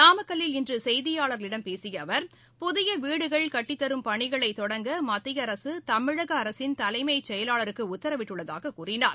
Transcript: நாமக்கல்லில் இன்று செய்தியாளர்களிடம் பேசிய அவர் புதிய வீடுகள் கட்டித்தரும் பணிகளை தொடங்க மத்திய அரசு தமிழக அரசின் தலைமை செயலாளருக்கு உத்தரவிட்டுள்ளதாக அவர் கூறினார்